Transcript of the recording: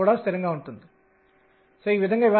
మరియు మొదలైనవి కావచ్చు